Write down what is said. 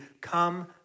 come